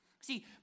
See